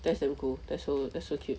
that's damn cool that's so that's so cute